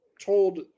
told